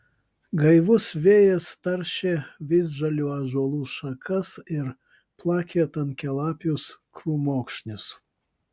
gaivus vėjas taršė visžalių ąžuolų šakas ir plakė tankialapius krūmokšnius